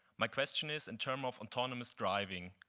my question is in term of autonomous driving,